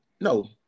no